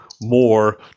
more